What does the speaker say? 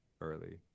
early